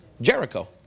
Jericho